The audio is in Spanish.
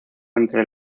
entre